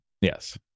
Yes